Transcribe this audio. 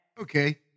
Okay